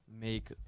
make